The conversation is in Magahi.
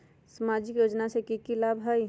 सामाजिक योजना से की की लाभ होई?